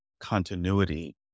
continuity